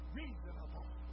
reasonable